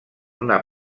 una